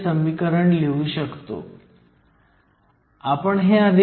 तर ते मोबेलिटीवर अवलंबून असते आणि Dh हे kThh आहे